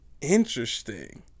Interesting